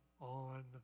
on